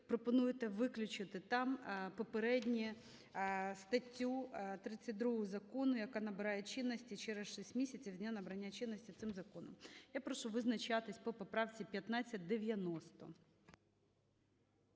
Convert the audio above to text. пропонуєте виключити там попередню статтю 32 закону, яка набирає чинності через шість місяців з дня набрання чинності цим законом. Я прошу визначатися по поправці 1590.